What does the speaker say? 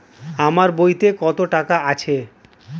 আমার বইতে কত টাকা আছে?